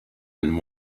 and